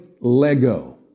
lego